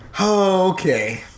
Okay